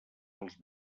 els